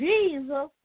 Jesus